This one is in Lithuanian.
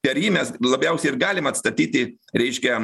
per jį mes labiausiai ir galim atstatyti reiškia